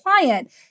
client